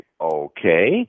Okay